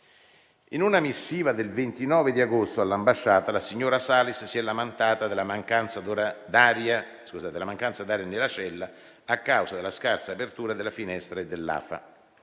In una missiva del 29 agosto all'ambasciata, la signora Salis si è lamentata della mancanza d'aria nella cella a causa della scarsa apertura della finestra e dell'afa.